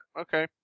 okay